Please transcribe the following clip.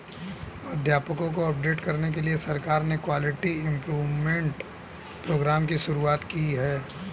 अध्यापकों को अपडेट करने के लिए सरकार ने क्वालिटी इम्प्रूव्मन्ट प्रोग्राम की शुरुआत भी की है